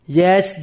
yes